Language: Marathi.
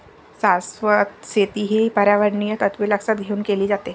शाश्वत शेती ही पर्यावरणीय तत्त्वे लक्षात घेऊन केली जाते